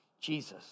Jesus